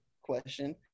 question